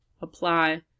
apply